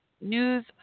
news